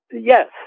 yes